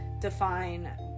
define